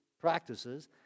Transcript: practices